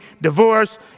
divorce